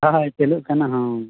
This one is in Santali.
ᱚᱱᱟ ᱦᱳᱭ ᱪᱟᱹᱞᱩᱜ ᱠᱟᱱᱟ ᱦᱳᱭ